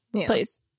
please